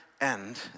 end